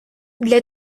для